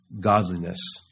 godliness